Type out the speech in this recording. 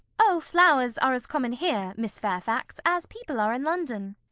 oh, flowers are as common here, miss fairfax, as people are in london.